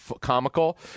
comical